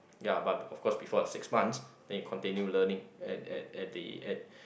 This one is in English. ya but of course before the six months then you continue learning at at at the at